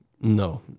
No